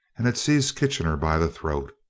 and had seized kitchener by the throat.